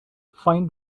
find